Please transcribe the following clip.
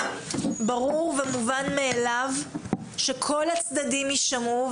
ברור ומובן מאליו שכל הצדדים יישמעו,